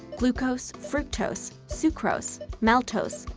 glucose, fructose, sucrose, maltose,